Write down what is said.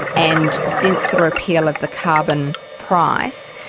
and since the repeal of the carbon price,